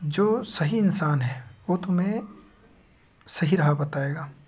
जो सही इंसान है वो तुम्हें सही राह बताएगा